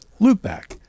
loopback